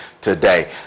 today